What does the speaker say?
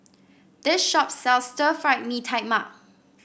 this shop sells Stir Fried Mee Tai Mak